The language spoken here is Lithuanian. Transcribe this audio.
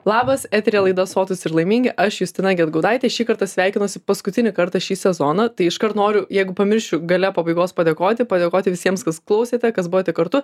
labas eteryje laida sotūs ir laimingi aš justina gedgaudaitė šį kartą sveikinosi paskutinį kartą šį sezoną tai iškart noriu jeigu pamiršiu gale pabaigos padėkoti padėkoti visiems kas klausėte kas buvote kartu